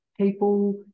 people